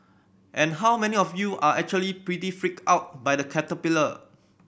and how many of you are actually pretty freaked out by the caterpillar